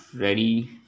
ready